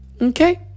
Okay